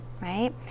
right